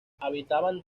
habitaban